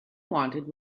wanted